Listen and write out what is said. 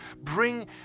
bring